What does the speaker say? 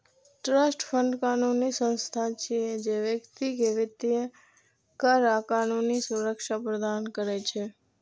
trust fund कानूनी संस्था छियै, जे व्यक्ति कें वित्तीय, कर आ कानूनी सुरक्षा प्रदान करै छै